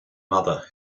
mother